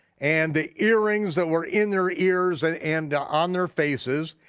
and the earrings that were in their ears and and on their faces,